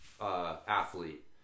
athlete